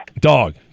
Dog